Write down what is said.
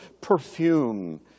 perfume